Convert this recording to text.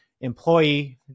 employee